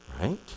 right